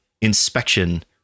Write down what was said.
inspection